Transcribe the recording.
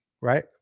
Right